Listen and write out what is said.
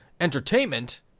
entertainment